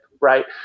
right